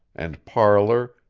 and parlor,